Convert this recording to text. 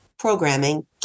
programming